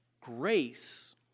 grace